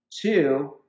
Two